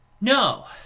no